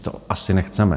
To asi nechceme.